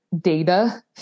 Data